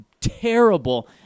terrible